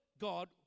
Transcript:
God